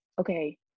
okay